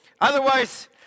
Otherwise